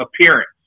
appearance